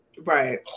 Right